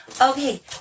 Okay